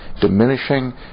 diminishing